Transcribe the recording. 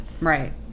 Right